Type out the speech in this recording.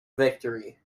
victory